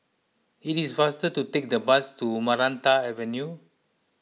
it is faster to take the bus to Maranta Avenue